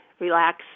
relax